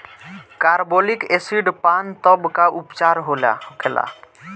Carbolic acid पान तब का उपचार होखेला?